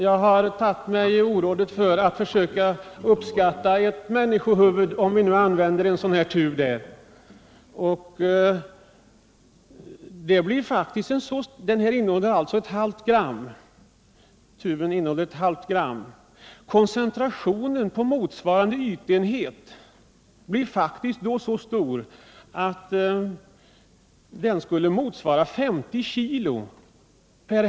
Jag har tagit mig orådet före att försöka uppskatta arealen av ett människohuvud. Om man använder en tub med ett halvt gram DDT på ett människohuvud innebär det att koncentrationen per ytenhet blir så stor att den motsvarar 50 kg/ha i skogen.